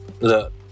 look